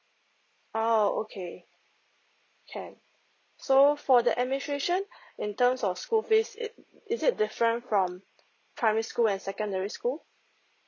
oh okay can so for the administration in terms of school fees it is it different from primary school and secondary school